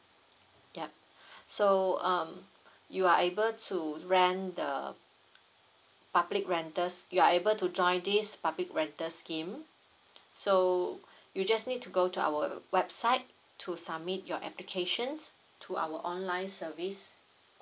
yup so um you are able to rent the public rental sch~ you are able to join this public rental scheme so you just need to go to our website to submit your applications to our online service